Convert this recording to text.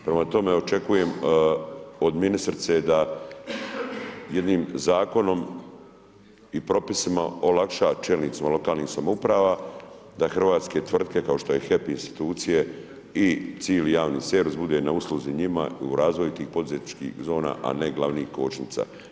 Prema tome, očekujem od ministrice da jednim zakonom i propisima olakša čelnicima lokalnih samouprava da hrvatske tvrtke kao što je HEP i institucije i cijeli javni servis bude na usluzi njima u razvoju tih poduzetničkih zona, a ne glavnih kočnica.